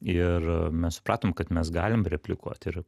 ir mes supratom kad mes galim replikuot ir